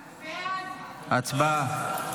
הצבעה.